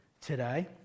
today